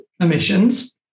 emissions